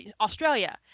Australia